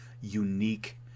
unique